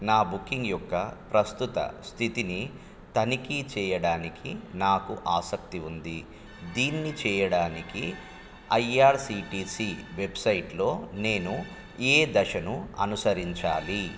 నా బుకింగ్ యొక్క ప్రస్తుత స్థితిని తనిఖీ చేయడానికి నాకు ఆసక్తి ఉంది దీన్ని చేయడానికి ఐఆర్సీటీసీ వెబ్సైట్లో నేను ఏ దశను అనుసరించాలి